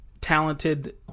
talented